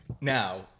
Now